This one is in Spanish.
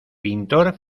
pintor